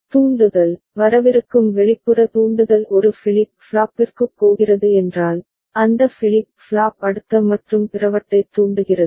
தூண்டுதல் வரவிருக்கும் வெளிப்புற தூண்டுதல் ஒரு ஃபிளிப் ஃப்ளாப்பிற்குப் போகிறது என்றால் அந்த ஃபிளிப் ஃப்ளாப் அடுத்த மற்றும் பிறவற்றைத் தூண்டுகிறது